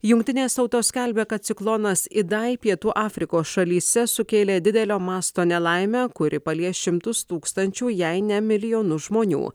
jungtinės tautos skelbia kad ciklonas idai pietų afrikos šalyse sukėlė didelio masto nelaimę kuri palies šimtus tūkstančių jei ne milijonus žmonių